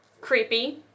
creepy